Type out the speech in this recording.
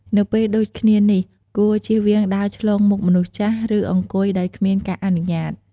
នៅពេលដូចគ្នានេះ គួរជៀសវាងដើរឆ្លងមុខមនុស្សចាស់ ឬ អង្គុយ ដោយគ្មានការអនុញ្ញាត។